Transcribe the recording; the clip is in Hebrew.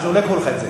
לא ייקחו לך את זה.